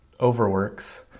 overworks